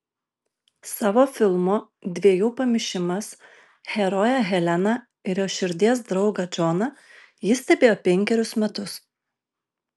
savo filmo dviejų pamišimas heroję heleną ir jos širdies draugą džoną ji stebėjo penkerius metus